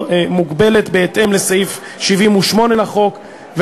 בהתאם להוראות סעיף 109ב לחוק הדואר,